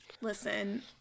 Listen